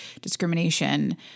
discrimination